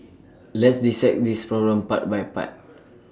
let's dissect this problem part by part